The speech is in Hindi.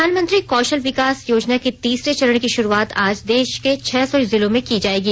प्रधानमंत्री कौशल विकास योजना के तीसरे चरण की शुरूआत आज देश के छह सौ जिलों में की जाएगी